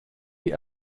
die